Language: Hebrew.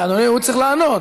אדוני, הוא צריך לענות.